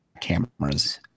cameras